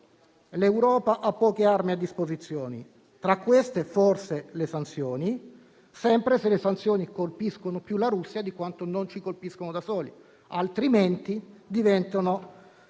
L'Europa ha poche armi a disposizione, tra queste forse le sanzioni, sempre se le sanzioni colpiscono più la Russia di quanto non ci colpiscono loro; altrimenti diventano